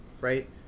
Right